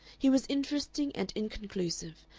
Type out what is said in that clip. he was interesting and inconclusive,